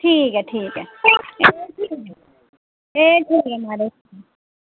ठीक ऐ ठीक ऐ एह् खरी भी म्हाराज